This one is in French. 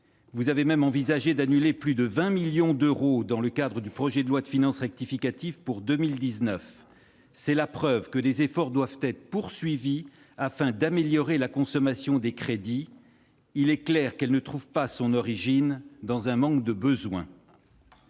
Vous avez même envisagé d'annuler plus de 20 millions d'euros dans le cadre du projet de loi de finances rectificative pour 2019. C'est la preuve que des efforts doivent être poursuivis, afin d'améliorer la consommation des crédits : il est clair qu'elle ne trouve pas son origine dans un manque de besoins